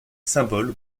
symbole